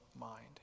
mind